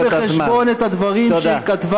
ואני לא רוצה שלא נביא בחשבון את הדברים שהיא כתבה,